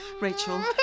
Rachel